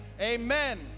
Amen